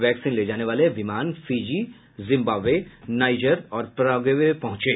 vaccine ले जाने वाले विमान फिजी जिम्बाम्बे नाइजर और पराग्वे पहुंचे